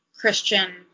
Christian